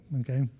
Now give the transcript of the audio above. okay